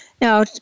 Now